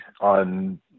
on